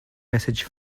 message